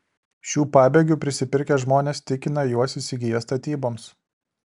šių pabėgių prisipirkę žmonės tikina juos įsigiję statyboms